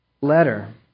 letter